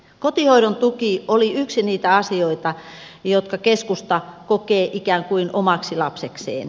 kotihoidon tuki on yksi niistä asioista jotka keskusta kokee ikään kuin omaksi lapsekseen